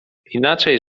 inaczej